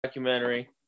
Documentary